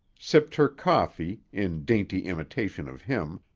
sipped her coffee, in dainty imitation of him,